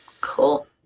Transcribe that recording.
Cool